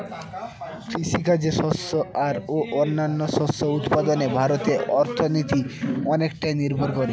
কৃষিকাজে শস্য আর ও অন্যান্য শস্য উৎপাদনে ভারতের অর্থনীতি অনেকটাই নির্ভর করে